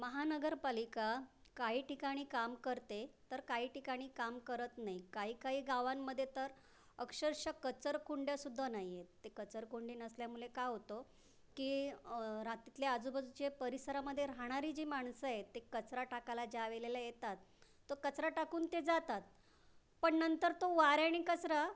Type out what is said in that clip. महानगरपालिका काही ठिकाणी काम करते तर काही ठिकाणी काम करत नाही काही काही गावांमध्ये तर अक्षरशः कचराकुंड्यासुद्धा नाही आहेत ते कचरकुंडी नसल्यामुळे काय होतं की रा तिथल्या आजूबाजूचे परिसरामध्ये राहणारी जी माणसं आहे ते कचरा टाकायला ज्या वेळेला येतात तो कचरा टाकून ते जातात पण नंतर तो वाऱ्यानी कचरा